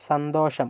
സന്തോഷം